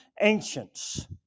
ancients